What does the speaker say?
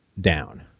down